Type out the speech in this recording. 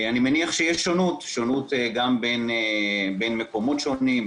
אני מניח שיש שונות גם בין מקומות שונים,